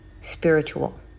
spiritual